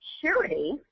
security